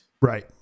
Right